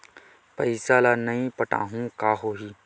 पईसा ल नई पटाहूँ का होही?